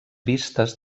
vistes